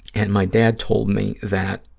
and my dad told me that,